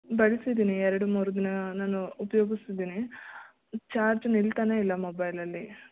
ಬಳ್ಸಿದ್ದೀನಿ ಎರಡು ಮೂರು ದಿನ ನಾನು ಉಪ್ಯೋಗಿಸ್ತಿದೀನಿ ಚಾರ್ಜ್ ನಿಲ್ತಲೇ ಇಲ್ಲ ಮೊಬೈಲಲ್ಲಿ